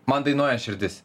man dainuoja širdis